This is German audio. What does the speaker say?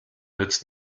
nützt